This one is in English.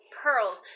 pearls